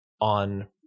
on